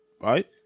right